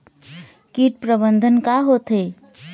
कीट प्रबंधन का होथे?